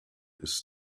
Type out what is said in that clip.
ist